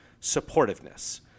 supportiveness